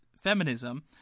feminism